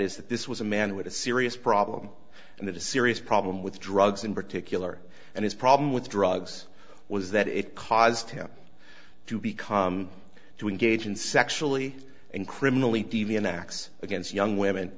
is that this was a man with a serious problem and that a serious problem with drugs in particular and his problem with drugs was that it caused him to become to engage in sexually and criminally deviant acts against young women